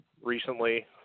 recently